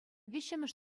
виҫҫӗмӗш